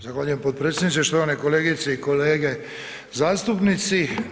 Zahvaljujem potpredsjedniče, štovane kolegice i kolege zastupnici.